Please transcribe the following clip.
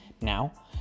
Now